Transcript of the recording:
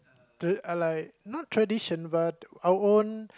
tra~ I like not tradition but like our own